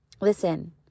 Listen